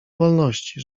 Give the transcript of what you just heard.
wolności